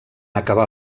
acabar